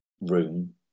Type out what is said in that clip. room